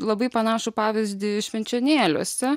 labai panašų pavyzdį švenčionėliuose